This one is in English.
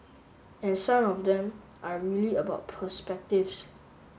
and some of them are really about perspectives